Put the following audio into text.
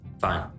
Fine